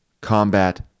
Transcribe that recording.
combat